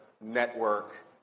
network